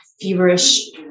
feverish